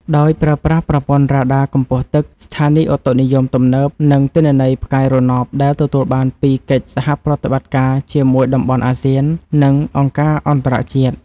ដោយប្រើប្រាស់ប្រព័ន្ធរ៉ាដាកម្ពស់ទឹក ស្ថានីយឧតុនិយមទំនើប និងទិន្នន័យផ្កាយរណបដែលទទួលបានពីកិច្ចសហប្រតិបត្តិការជាមួយតំបន់អាស៊ាន និងអង្គការអន្តរជាតិ។